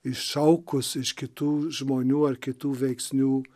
iššaukus iš kitų žmonių ar kitų veiksnių